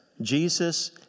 Jesus